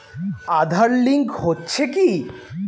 Aadhaar link হচ্ছে কি?